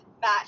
match